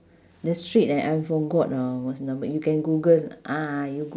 the street eh I forgot ah what's the number you can google ah you g~